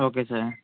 okay sir